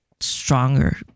stronger